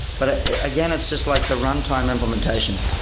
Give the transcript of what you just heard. but ah again, it's just like the runtime implementation.